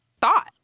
thought